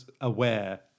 aware